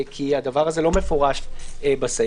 כי הדבר הזה לא מפורש בסעיף,